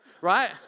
right